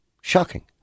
Shocking